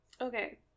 Okay